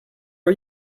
are